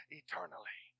eternally